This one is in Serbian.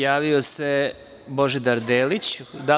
Javio se Božidar Delić.